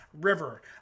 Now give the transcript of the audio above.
river